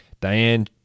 Diane